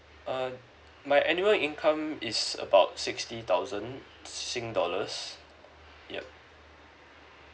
uh my annual income is about sixty thousand sing dollars yup